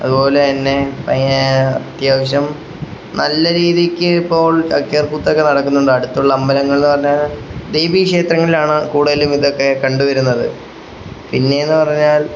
അതുപോലെതന്നെ അതിനെ അത്യാവശ്യം നല്ല രീതിയ്ക്ക് ഇപ്പോൾ ചാക്യാർക്കൂത്തൊക്കെ നടക്കുന്നുണ്ട് അടുത്തുള്ള അമ്പലങ്ങൾ എന്നു പറഞ്ഞാൽ ദേവീ ക്ഷേത്രങ്ങളിലാണ് കൂടുതലും ഇതൊക്കെ കണ്ടു വരുന്നത് പിന്നെയെന്നു പറഞ്ഞാൽ